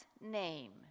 name